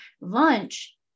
lunch